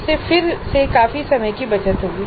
इससे फिर से काफी समय की बचत होगी